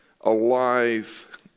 alive